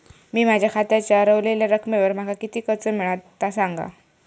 मी माझ्या खात्याच्या ऱ्हवलेल्या रकमेवर माका किती कर्ज मिळात ता सांगा?